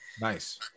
nice